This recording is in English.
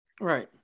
Right